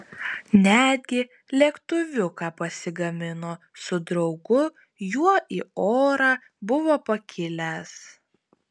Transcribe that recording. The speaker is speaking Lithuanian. netgi lėktuviuką pasigamino su draugu juo į orą buvo pakilęs